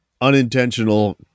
unintentional